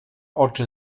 oczy